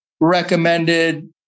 recommended